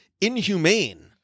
inhumane